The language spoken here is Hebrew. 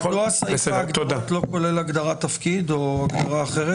מדוע סעיף ההגדרות לא כולל הגדרת תפקיד או הגדרה אחרת?